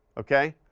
okay?